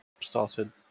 started